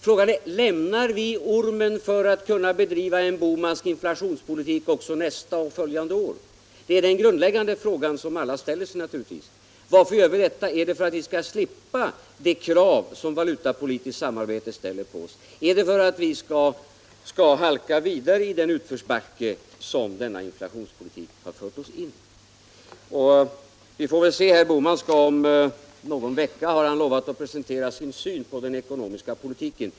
Frågan är: Lämnar vi ormen för att kunna föra en bohmansk inflationspolitik även nästa och följande år? Det är den grundläggande fråga som alla naturligtvis ställer sig. Varför gör vi detta? Är det för att vi skall slippa de krav som ett valutapolitiskt samarbete ställer på oss? Är det för att vi skall halka vidare i den utförsbacke som denna inflationspolitik fört oss in i? Vi får väl se. Herr Bohman har lovat att om någon vecka presentera sin syn på den ekonomiska politiken.